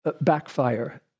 backfire